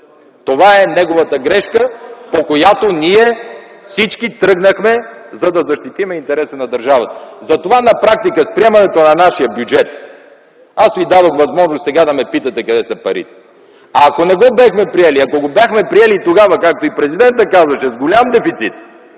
Това е неговата грешка, по която ние всички тръгнахме, за да защитим интереса на държавата. Затова на практика с приемането на нашия бюджет аз ви дадох възможност сега да ме питате къде са парите. Ако не го бяхме приели, ако го бяхме приели тогава, както и президентът казваше, с голям дефицит,